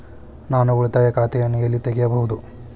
ನಾನು ಉಳಿತಾಯ ಖಾತೆಯನ್ನು ಎಲ್ಲಿ ತೆರೆಯಬಹುದು?